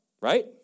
Right